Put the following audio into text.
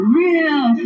real